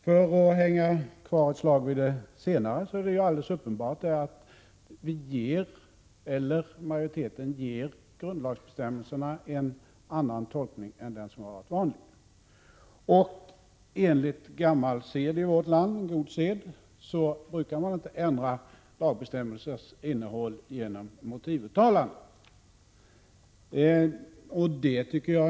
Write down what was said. För att hänga kvar ett slag vid det senare är det alldeles uppenbart att majoriteten ger grundlagsbestämmelserna en annan tolkning än den som varit vanlig. Enligt gammal god sed i vårt land brukar man inte ändra lagbestämmelsers innehåll genom motivuttalanden.